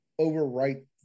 overwrite